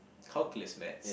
calculus Maths